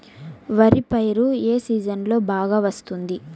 వరి పైరు ఏ సీజన్లలో బాగా వస్తుంది